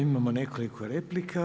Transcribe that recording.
Imamo nekoliko replika.